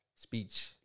speech